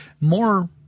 more